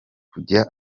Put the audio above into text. kujya